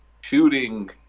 shooting